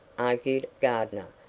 argued gardner,